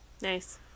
Nice